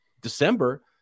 December